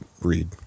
read